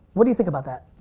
what do you think about that?